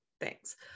thanks